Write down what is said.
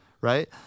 Right